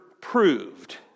proved